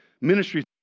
ministry